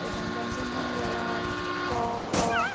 এবং ব্যঞ্জন ধ্বনি বলা হয় ক খ